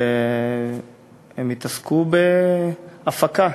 הם התעסקו בהפקה,